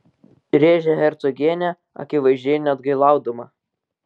rėžia hercogienė akivaizdžiai neatgailaudama